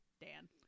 Dan